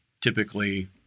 typically